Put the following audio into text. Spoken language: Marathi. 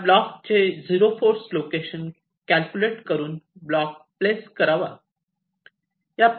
त्या ब्लॉक चे 0 फोर्स लोकेशन कॅल्क्युलेट करून ब्लॉक प्लेस करावा